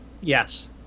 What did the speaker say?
Yes